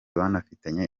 banafitanye